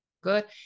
good